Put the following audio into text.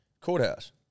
Courthouse